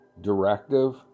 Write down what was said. directive